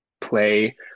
play